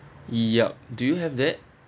yup do you have that